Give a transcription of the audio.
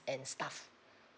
and stuff